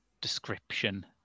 description